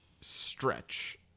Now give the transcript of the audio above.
stretch